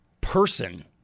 person